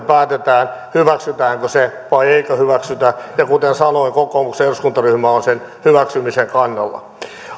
päätetään hyväksytäänkö se vai eikö hyväksytä ja kuten sanoin kokoomuksen eduskuntaryhmä on sen hyväksymisen kannalla